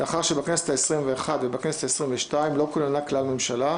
לאחר שבכנסת ה-21 ובכנסת ה-22 לא כוננה כלל ממשלה,